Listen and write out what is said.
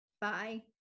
Bye